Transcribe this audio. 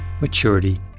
maturity